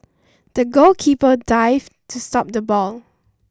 the goalkeeper dived to stop the ball